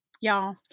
Y'all